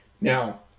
Now